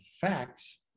facts